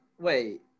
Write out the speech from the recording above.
Wait